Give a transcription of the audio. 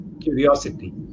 curiosity